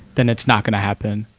then it's not gonna happen.